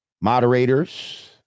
moderators